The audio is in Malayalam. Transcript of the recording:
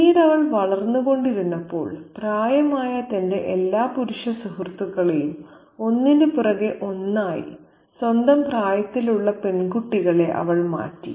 പിന്നീട് അവൾ വളർന്നുകൊണ്ടിരുന്നപ്പോൾ പ്രായമായ തന്റെ എല്ലാ പുരുഷ സുഹൃത്തുക്കളെയും ഒന്നിനുപുറകെ ഒന്നായി സ്വന്തം പ്രായത്തിലുള്ള പെൺകുട്ടികളെ അവൾ മാറ്റി